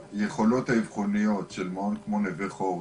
היכולות האבחוניות של מעון כמו "נווה חורש",